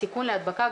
הסיכון להדבקה,